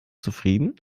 zufrieden